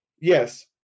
Yes